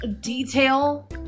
detail